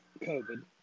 COVID